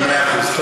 מאה אחוז.